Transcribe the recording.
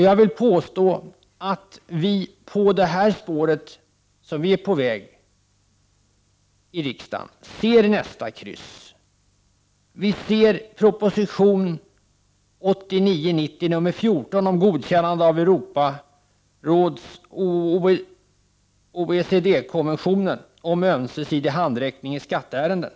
Jag vill påstå att vi på det spår som vi är på i riksdagen ser nästa kryss. Vi ser proposition 1989/90:14 om godkännande av Europarådsoch OECD konventionen om ömsesidig handräckning i skatteärenden.